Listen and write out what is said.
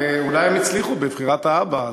ואולי הן הצליחו בבחירת האבא,